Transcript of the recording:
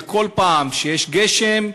בכל פעם שיש גשם,